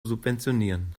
subventionieren